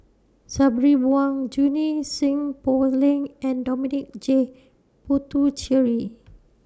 Sabri Buang Junie Sng Poh Leng and Dominic J Puthucheary